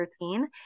routine